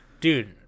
Dude